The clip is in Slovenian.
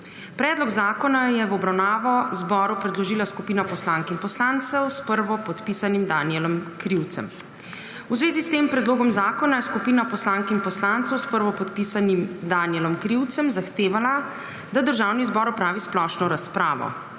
Predlog zakona je v obravnavo zboru predložila skupina poslank in poslancev s prvopodpisanim Danijelom Krivcem. V zvezi s tem predlogom zakona je skupina poslank in poslancev s prvopodpisanim Danijelom Krivcem zahtevala, da Državni zbor opravi splošno razpravo.